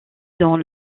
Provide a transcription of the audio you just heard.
dans